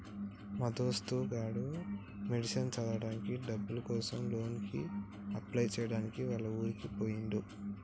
మా దోస్తు గాడు మెడిసిన్ చదవడానికి డబ్బుల కోసం లోన్ కి అప్లై చేయడానికి వాళ్ల ఊరికి పోయిండు